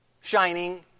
shining